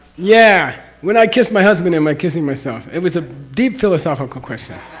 yeah! when i kiss my husband am i kissing myself? it was a deep philosophical question.